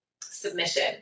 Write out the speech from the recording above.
submission